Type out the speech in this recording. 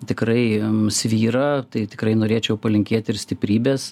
tikrai nusvyra tai tikrai norėčiau palinkėt ir stiprybės